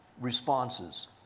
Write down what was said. responses